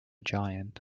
giant